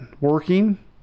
working